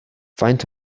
faint